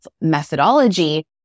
methodology